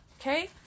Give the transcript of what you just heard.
okay